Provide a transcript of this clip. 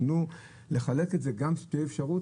תנו לחלט את זה גם שתהיה אפשרות,